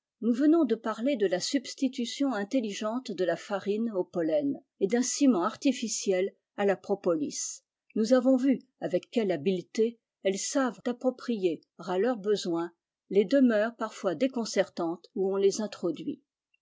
infrangiblesnous venons de parler de la substitution intelligente de la farine au pollen et d'un ciment artificiel à la propolis nous avons vu avec quelle habileté elles savent approprier à leurs besoins les demeures parfois déconcertantes où on les introduit